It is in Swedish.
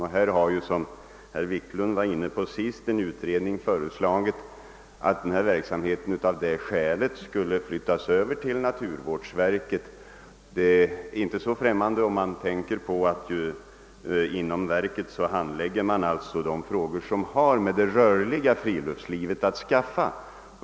Här har ju, som herr Wiklund berörde senast, en utredning föreslagit att denna verksamhet av den anledningen skulle flyttas över till naturvårdsverket. Det är inte så främmande om man tänker på att inom verket handläggs frågor som har med det rörliga friluftslivet att skaffa.